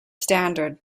standard